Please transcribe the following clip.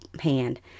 hand